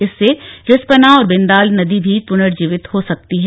इससे रिस्पना और बिन्दाल नदी भी पुनर्जीवित हो सकती हैं